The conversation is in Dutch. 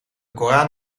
koran